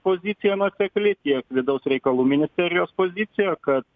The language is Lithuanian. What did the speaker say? pozicija nuosekli tiek vidaus reikalų ministerijos pozicija kad